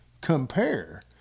compare